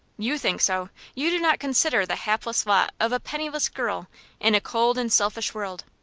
you think so. you do not consider the hapless lot of a penniless girl in a cold and selfish world.